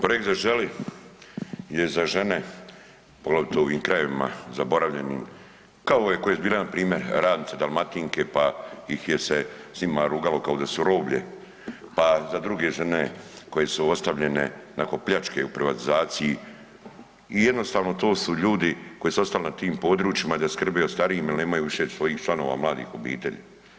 Projekt „Zaželi“ je za žene poglavito u ovim krajevima zaboravljenim kao ove koje su bile npr. radnice „Dalmatinke“, pa ih je se s njima rugalo kao da su roblje, pa za druge žene koje su ostavljene nakon pljačke u privatizaciji i jednostavno to su ljudi koji su ostali na tim područjima da skrbe o starijim jel nemaju više svojih članova mladih obitelji.